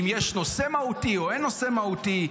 אם יש נושא מהותי או אין נושא מהותי.